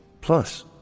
Plus